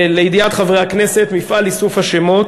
לידיעת חברי הכנסת, מפעל איסוף השמות